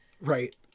Right